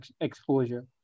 exposure